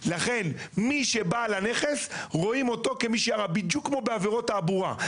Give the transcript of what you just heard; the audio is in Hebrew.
לכן מי שבעל הנכס רואים אותו בדיוק כמו בעבירות תעבורה.